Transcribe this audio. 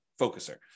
focuser